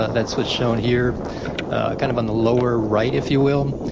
that's what's shown here kind of on the lower right, if you will,